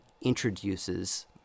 introduces